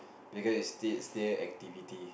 because it's still still activity